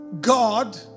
God